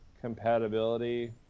compatibility